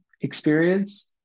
experience